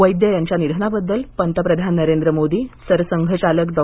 वैद्य यांच्या निधनाबद्दल पंतप्रधान नरेंद्र मोदी सरसंघचालक डॉ